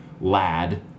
lad